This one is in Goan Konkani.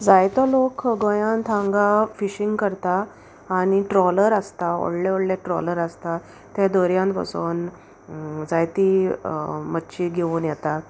जायतो लोक गोंयांत हांगा फिशींग करता आनी ट्रॉलर आसता व्होडले व्होडले ट्रॉलर आसता ते दर्यांत वसोन जायती मच्छी घेवून येता